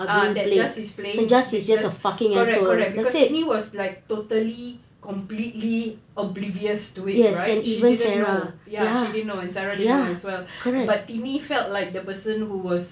ah that jas is playing that jas correct correct cause tini was like totally completely oblivious to it right she didn't know ya she didn't know sarah didn't know as well but tini felt like the person who was